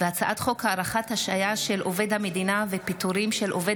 הצעת חוק הארכת השעיה של עובד המדינה ופיטורים של עובד